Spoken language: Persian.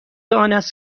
آنست